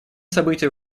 события